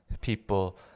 people